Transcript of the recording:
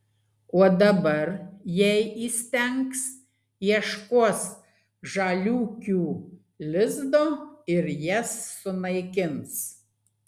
o dabar jei įstengs ieškos žaliūkių lizdo ir jas sunaikins